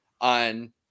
on